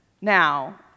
Now